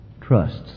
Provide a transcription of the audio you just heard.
trusts